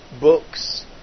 books